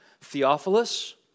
Theophilus